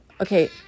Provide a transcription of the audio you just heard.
okay